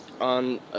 on